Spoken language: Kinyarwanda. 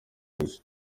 gusa